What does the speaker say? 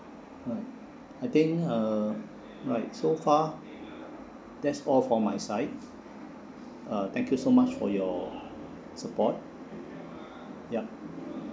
uh I think uh right so far that's all for my side uh thank you so much for your support yup